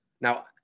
Now